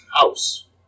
house